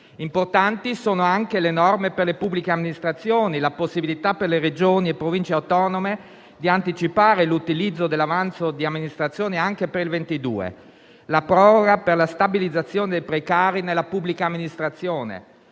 Importanti sono anche le norme per le pubbliche amministrazioni; la possibilità per le Regioni e le Province autonome di anticipare l'utilizzo dell'avanzo di amministrazione anche per il 2022; la proroga per la stabilizzazione dei precari nella pubblica amministrazione;